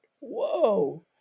whoa